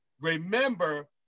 remember